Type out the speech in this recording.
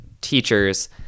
teachers